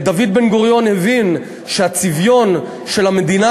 דוד בן-גוריון הבין שהצביון של המדינה